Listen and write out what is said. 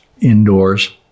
indoors